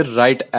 right